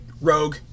rogue